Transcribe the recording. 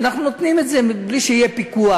אנחנו נותנים אותו בלי שיהיה פיקוח,